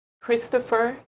Christopher